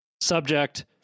Subject